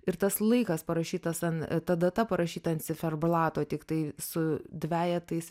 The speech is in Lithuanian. ir tas laikas parašytas an ta data parašyta ant ciferblato tiktai su dvejetais